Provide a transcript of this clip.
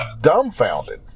dumbfounded